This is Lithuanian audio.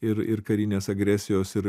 ir ir karinės agresijos ir